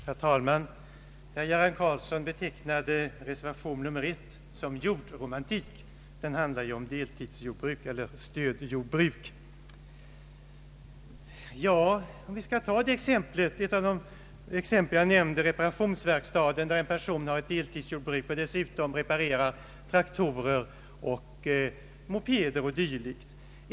Herr talman! Herr Göran Karlsson betecknade reservation I som jordromantik — den handlar ju om deltidseller stödjordbruk. Jag kan upprepa mitt exempel om reparationsverkstaden bland dem jag tog upp. Det kan vara en person som har ett deltidsjordbruk men som dessutom reparerar traktorer, mopeder o. d.